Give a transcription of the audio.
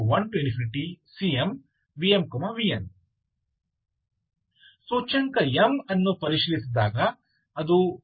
⟨fx vn⟩ m1cm⟨vmvn⟩ ಸೂಚ್ಯಂಕ m ಅನ್ನು ಪರಿಶೀಲಿಸಿದಾಗ ಅದು 1 ರಿಂದ ಇರುತ್ತದೆ